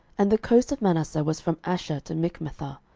and the coast of manasseh was from asher to michmethah,